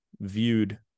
viewed